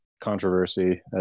controversy